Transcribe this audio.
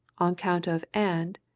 on count of and,